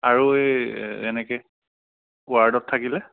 আৰু এই এনেকৈ ৱাৰ্ডত থাকিলে